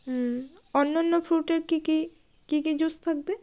হুম অন্যান্য ফ্রুটের কী কী কী কী জুস থাকবে